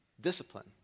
discipline